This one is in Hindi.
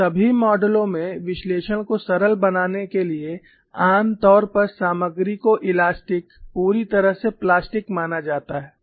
और सभी मॉडलों में विश्लेषण को सरल बनाने के लिए आमतौर पर सामग्री को इलास्टिक पूरी तरह से प्लास्टिक माना जाता है